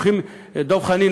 דב חנין,